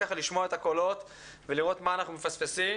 לשמוע את הקולות ולראות מה אנחנו מפספסים.